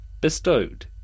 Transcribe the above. bestowed